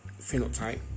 phenotype